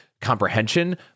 comprehension